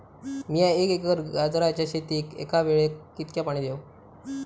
मीया एक एकर गाजराच्या शेतीक एका वेळेक कितक्या पाणी देव?